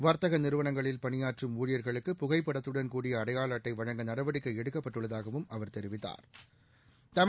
வர்த்தக நிறுவனங்களில் பணியாற்றும் ஊழியர்களுக்கு புகைப்படத்துடன் கூடிய அடையாள அட்டை வழங்க நடவடிக்கை எடுக்கப்பட்டுள்ளதாகவும் அவா் தெரிவித்தாா்